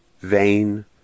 vain